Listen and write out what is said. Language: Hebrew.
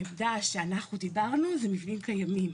העמדה שאנחנו דיברנו זה מבנים קיימים